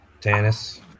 Tannis